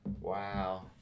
wow